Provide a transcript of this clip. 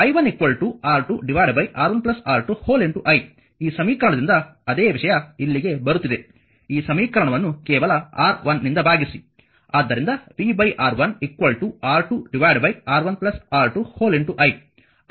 i1 R2 R1 R2 i ಈ ಸಮೀಕರಣದಿಂದ ಅದೇ ವಿಷಯ ಇಲ್ಲಿಗೆ ಬರುತ್ತಿದೆ ಈ ಸಮೀಕರಣವನ್ನು ಕೇವಲ R1 ನಿಂದ ಭಾಗಿಸಿ